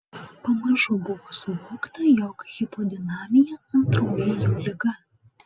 pamažu buvo suvokta jog hipodinamija antroji jų liga